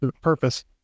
purpose